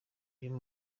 uyu